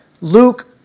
Luke